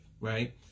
right